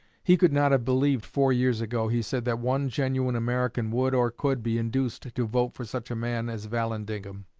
he could not have believed four years ago, he said, that one genuine american would or could be induced to vote for such a man as vallandigham.